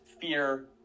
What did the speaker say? fear